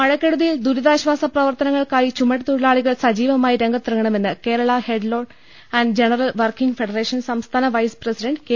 മഴക്കെടുതിയിൽ ദുരിതാശ്വാസ പ്രവർത്തനങ്ങൾക്കായി ചുമട്ടുതൊഴിലാളികൾ സജീവമായി രംഗത്തിറങ്ങണമെന്ന് Kerala head load and general working federation സംസ്ഥാന വൈസ് പ്രസിഡന്റ് കെ